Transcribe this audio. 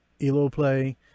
Eloplay